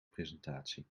presentatie